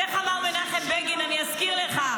אז איך אמר מנחם בגין, אני אזכיר לך?